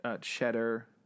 cheddar